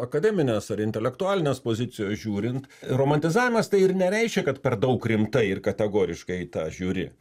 akademinės ar intelektualinės pozicijos žiūrint romantizavimas tai ir nereiškia kad per daug rimtai ir kategoriškai į tą žiūri